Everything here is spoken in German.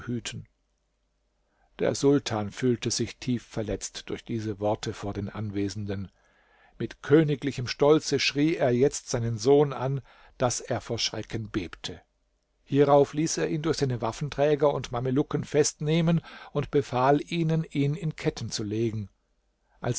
hüten der sultan fühlte sich tief verletzt durch diese worte vor den anwesenden mit königlichem stolze schrie er jetzt seinen sohn an daß er vor schrecken bebte hierauf ließ er ihn durch seine waffenträger und mameluken festnehmen und befahl ihnen ihn in ketten zu legen